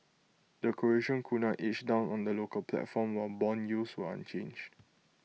the Croatian Kuna edged down on the local platform while Bond yields were unchanged